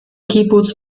kibbutz